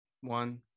one